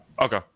Okay